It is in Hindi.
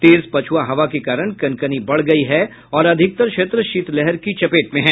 तेज पछुआ हवा के कारण कनकनी बढ़ गयी है और अधिकतर क्षेत्र शीलतहर की चपेट में है